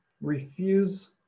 refuse